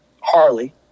harley